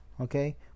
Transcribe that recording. okay